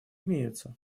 имеются